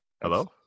Hello